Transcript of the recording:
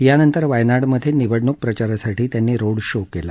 यानंतर वायनाडमधे निवडणूक प्रचारासाठी त्यांनी रोड शो केला